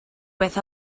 beth